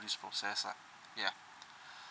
this process lah ya